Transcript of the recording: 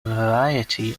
variety